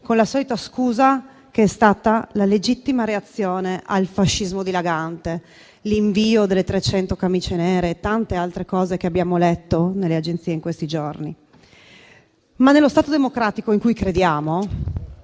con la solita scusa che è stata la legittima reazione al fascismo dilagante, l'invio delle 300 camicie nere e tante altre cose che abbiamo letto nelle agenzie in questi giorni. Nello Stato democratico in cui crediamo